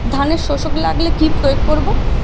ধানের শোষক লাগলে কি প্রয়োগ করব?